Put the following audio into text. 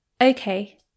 Okay